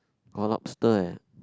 !wah! lobster eh